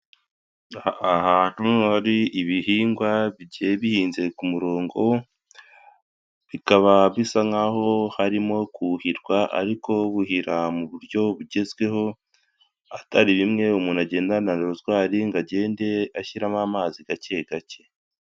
Ahantu hari ibihingwa bigiye bihinze ku murongo, bikaba bisa nkaho harimo kuhirwa ariko buhira mu buryo bugezweho, atari rimwe umuntu agendana rozwari ngo agende ashyiramo amazi gake gake.